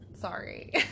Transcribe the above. Sorry